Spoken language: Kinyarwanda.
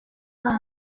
babo